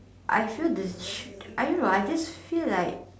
I feel the I don't know I just feel like